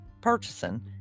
purchasing